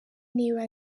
niba